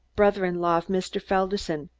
brother-in-law of mr. felderson,